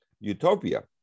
utopia